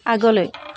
আগলৈ